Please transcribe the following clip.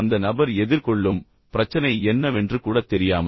அந்த நபர் எதிர்கொள்ளும் பிரச்சனை என்னவென்று கூட தெரியாமல்